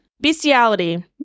Bestiality